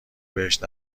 بهش